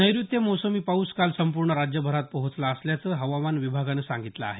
नैऋत्य मोसमी पाऊस काल संपूर्ण राज्यभरात पोहोचला असल्याचं हवामान विभागानं सांगितलं आहे